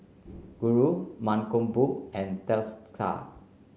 Guru Mankombu and Teesta